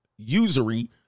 usury